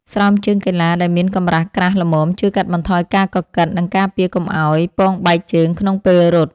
ស្រោមជើងកីឡាដែលមានកម្រាស់ក្រាស់ល្មមជួយកាត់បន្ថយការកកិត និងការពារកុំឱ្យពងបែកជើងក្នុងពេលរត់។